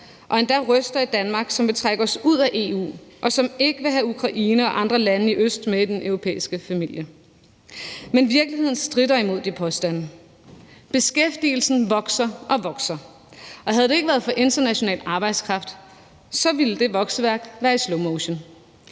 og endda røster i Danmark, som vil trække os ud af EU, og som ikke vil have Ukraine og andre lande i Øst med i den europæiske familie. Men virkeligheden stritter imod de påstande. Beskæftigelsen vokser og vokser, og havde det ikke været for international arbejdskraft, så ville det vokseværk være i slowmotion.